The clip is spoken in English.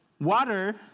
water